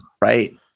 Right